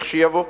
לכשיבוא.